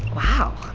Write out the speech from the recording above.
wow,